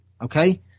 Okay